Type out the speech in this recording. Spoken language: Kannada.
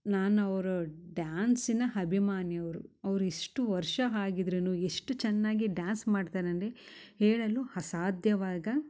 ನಾನು ಅವ್ರ ಡ್ಯಾನ್ಸಿನ ಅಭಿಮಾನಿ ಅವರು ಅವ್ರ ಇಷ್ಟು ವರ್ಷ ಆಗಿದ್ರುನು ಎಷ್ಟು ಚೆನ್ನಾಗಿ ಡ್ಯಾನ್ಸ್ ಮಾಡ್ತಾರೆ ಅಂಡೆ ಹೇಳಲು ಅಸಾಧ್ಯವಾದಾಗ